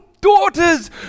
daughters